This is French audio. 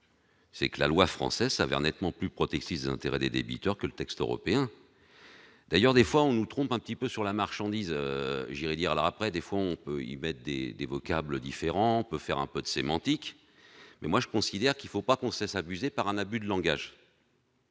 C'est que la loi française s'avère nettement plus protectrice des intérêts débiteurs que le texte européen d'ailleurs, des fois on nous trompe un petit peu sur la marchandise irai dire alors après des fonds, ils mettent des des vocables différent peut faire un peu de sémantique. Mais moi, je considère qu'il faut pas qu'on sait s'amuser par un abus de langage.